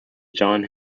john